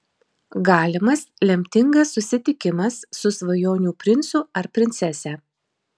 galimas lemtingas susitikimas su svajonių princu ar princese